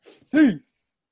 cease